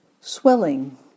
Swelling